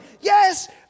Yes